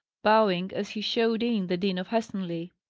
bowing as he showed in the dean of helstonleigh.